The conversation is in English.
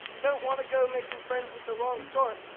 don't wanna go making friends with the wrong sort.